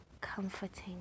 comforting